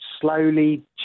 slowly